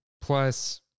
plus